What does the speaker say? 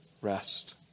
rest